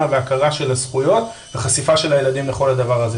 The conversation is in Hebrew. וההכרה של הזכויות וחשיפה של הילדים לכל הדבר הזה.